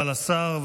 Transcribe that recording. תודה רבה לשר.